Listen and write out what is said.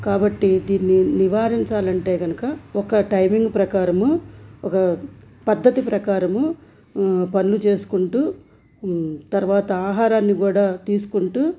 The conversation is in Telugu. కాబట్టి దీన్ని నివారించాలంటే కనుక ఒక టైమింగ్ ప్రకారము ఒక పద్ధతి ప్రకారము పన్లు చేసుకుంటూ తర్వాత ఆహారాన్ని కూడా తీసుకుంటూ